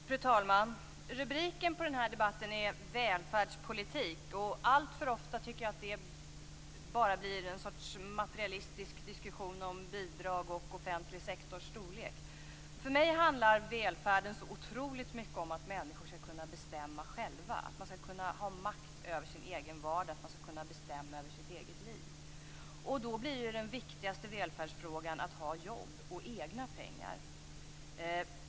Fru talman! Rubriken på den här debatten är välfärdspolitik. Jag tycker att det alltför ofta bara blir en sorts materialistisk diskussion om bidrag och den offentliga sektorns storlek. För mig handlar välfärden så otroligt mycket om att människor skall kunna bestämma själva. Man skall ha makt över sin egen vardag och kunna bestämma över sitt eget liv. Då blir ju den viktigaste välfärdsfrågan att ha jobb och egna pengar.